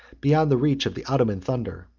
beyond the reach of the ottoman thunder.